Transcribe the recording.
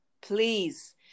please